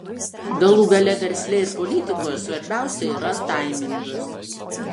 galų gale versle ir politikoje svarbiausia yra taimingas